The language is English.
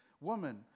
Woman